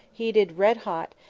heated red hot,